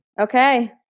Okay